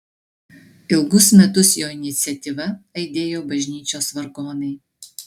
ilgus metus jo iniciatyva aidėjo bažnyčios vargonai